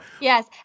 Yes